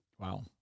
Wow